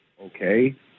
Okay